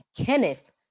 Kenneth